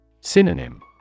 Synonym